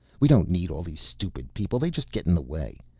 we don't need all these stupid people. they just get in the way.